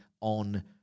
on